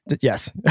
Yes